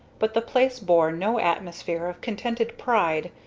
but the place bore no atmosphere of contented pride,